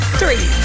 three